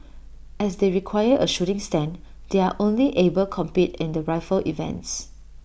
as they require A shooting stand they are only able compete in the rifle events